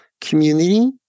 community